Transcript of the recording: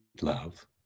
love